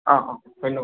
অঁ অঁ ধন্যবাদ